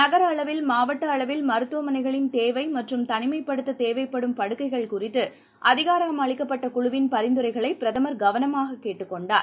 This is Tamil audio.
நகரஅளவில் மாவட்டஅளவில் மருத்துவமனைகளின் தேவைமற்றும் தனிமைப்படுத்ததேவைப்படும் படுக்கைகள் குறித்துஅதிகாரமளிக்கப்பட்டகுழுவின் பரிந்துரைகளைபிரதமர் கவனமாககேட்டுக் கொண்டார்